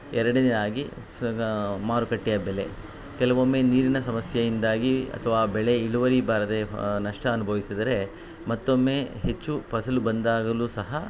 ಎರಡನೇದಾಗಿ ಸ ಮಾರುಕಟ್ಟೆಯ ಬೆಲೆ ಕೆಲವೊಮ್ಮೆ ನೀರಿನ ಸಮಸ್ಯೆಯಿಂದಾಗಿ ಅಥ್ವಾ ಬೆಳೆ ಇಳುವರಿ ಬಾರದೇ ನಷ್ಟ ಅನುಭವಿಸಿದರೆ ಮತ್ತೊಮ್ಮೆ ಹೆಚ್ಚು ಫಸಲು ಬಂದಾಗಲೂ ಸಹ